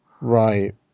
Right